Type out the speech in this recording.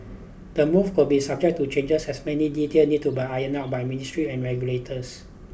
the move could be subject to changers as many detail need to be ironed out by ministry and regulators